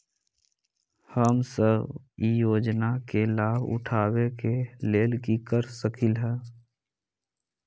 हम सब ई योजना के लाभ उठावे के लेल की कर सकलि ह?